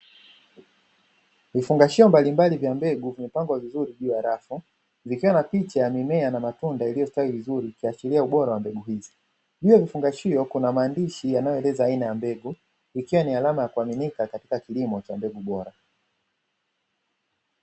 Vifungashio mbalimbali vya mbegu vimepangwa vzuri juu ya rafu vikiwa na picha ya mimea ya matunda iliyostawi vizuri ikiashiria ubora wa mbegu hizo, juu ya kifungashio kuna maandishi yanayoeleza aina ya mbegu ikiwa ni alama ya kuaminika katika kilimo cha mbegu bora.